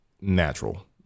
natural